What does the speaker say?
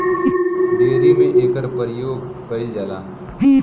dairy में एकर परियोग कईल जाला